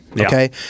Okay